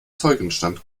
zeugenstand